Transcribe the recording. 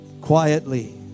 quietly